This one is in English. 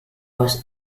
was